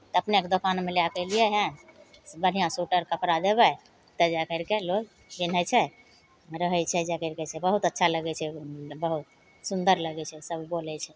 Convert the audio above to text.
तऽ अपनेके दोकानमे लैके अएलिए हँ से बढ़िआँ सोइटर कपड़ा देबै तब जा करिके लोक पिनहै छै रहै छै जा करिके से बहुत अच्छा लागै छै बहुत सुन्दर लागै छै सभ बोलै छै